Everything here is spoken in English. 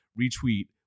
retweet